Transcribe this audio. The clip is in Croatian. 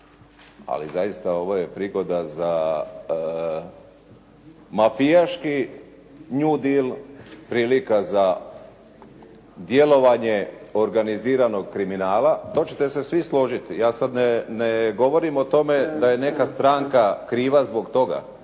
Ali zaista, ovo je prigoda za mafijaški "new deal", prilika za djelovanje organiziranog kriminala. To ćete se svi složiti. Ja sad ne govorim o tome da je neka stranka kriva zbog toga.